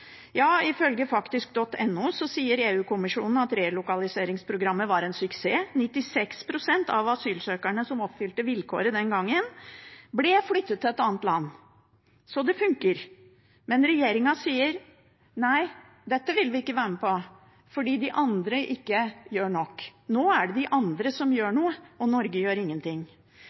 Ja, ifølge faktisk.no sier EU-kommisjonen at relokaliseringsprogrammet var en suksess. 96 pst. av asylsøkerne som oppfylte vilkåret den gangen, ble flyttet til et annet land. Så det funker. Men regjeringen sier nei, dette vil de ikke være med på, fordi de andre ikke gjør nok. Vel, nå er det de andre som gjør noe, og Norge gjør ingenting.